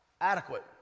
Adequate